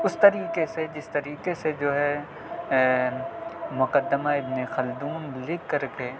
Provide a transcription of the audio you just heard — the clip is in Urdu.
اس طریقے سے جس طریقے سے جو ہے مقدمہ ابن خلدون لکھ کر کے